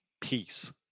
peace